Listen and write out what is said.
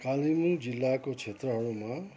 कालेबुङ जिल्लाको क्षेत्रहरूमा